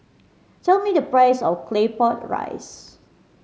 tell me the price of Claypot Rice